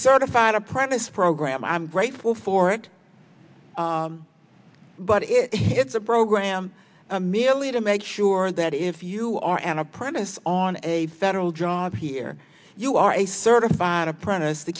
certified apprentice program i'm grateful for it but it it's a program merely to make sure that if you are an apprentice on a federal job here you are a certified apprentice t